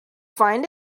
find